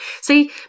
see